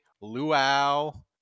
Luau